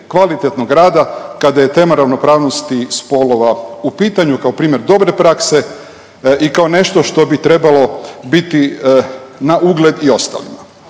kvalitetnog rada kada je tema ravnopravnosti spolova u pitanju kao primjer dobre prakse i kao nešto što bi trebalo biti na ugled i ostalima.